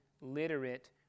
literate